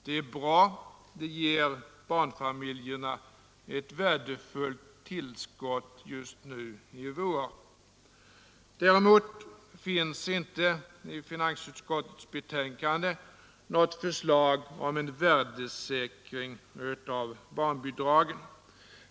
Det är bra. Det ger barnfamiljerna ett värdefullt tillskott just nu i vår, Däremot finns det inte i finansutskottets betänkande något förslag om en värdesäkring av barnbidragen.